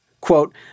quote